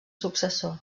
successor